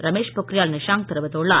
ரமேஷ் பொக்ரியால் நிஷாங்க் தெரிவித்துள்ளார்